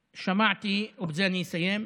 שמעתי, ובזה אסיים,